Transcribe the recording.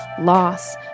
loss